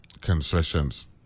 concessions